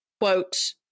quote